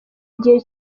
igihe